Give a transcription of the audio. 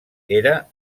era